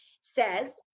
says